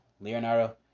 Leonardo